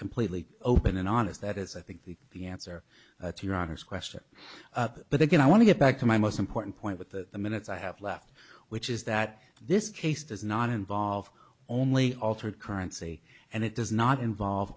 completely open and honest that is i think the the answer to your honor's question but again i want to get back to my most important point with the minutes i have left which is that this case does not involve only altered currency and it does not involve